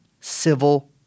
civil